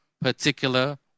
particular